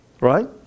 Right